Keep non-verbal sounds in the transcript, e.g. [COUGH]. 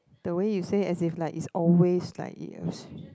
the way you say as if like is always like [NOISE]